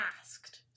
asked